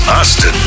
Austin